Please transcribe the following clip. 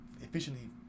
efficiently